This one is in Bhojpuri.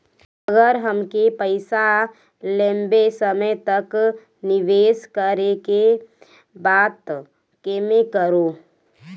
अगर हमके पईसा लंबे समय तक निवेश करेके बा त केमें करों?